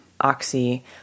Oxy